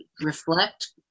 reflect